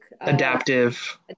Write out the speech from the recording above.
adaptive